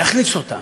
להכניס אותם.